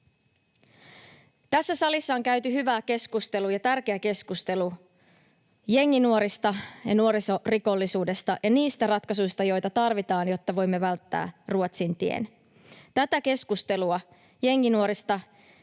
Tässä salissa on käyty hyvä keskustelu ja tärkeä keskustelu jenginuorista ja nuorisorikollisuudesta ja niistä ratkaisuista, joita tarvitaan, jotta voimme välttää Ruotsin tien. Tätä keskustelua jenginuorista